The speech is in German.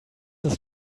ist